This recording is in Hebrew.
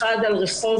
הראשון הוא ברחובות,